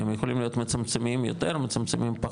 הם יכולים להיות מצומצמים יותר או פחות,